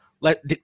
let